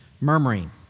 murmuring